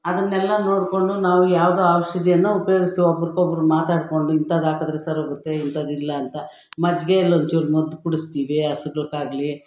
ಅದನ್ನೆಲ್ಲ ನೋಡಿಕೊಂಡು ನಾವು ಯಾವುದು ಔಷಧಿಯನ್ನು ಉಪಯೋಗಿಸುವ ಒಬ್ರಗೊಬ್ರು ಮಾತಾಡಿಕೊಂಡು ಇಂಥದ್ದಾಕಿದ್ರೆ ಸರೋಗುತ್ತೆ ಇಂಥದಿಲ್ಲ ಅಂತ ಮಜ್ಗೆಯಲ್ಲಿ ಒಂಚೂರು ಮದ್ದು ಕುಡಿಸ್ತೀವಿ ಹಸುಗಳ್ಗಾಗ್ಲಿ